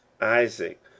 isaac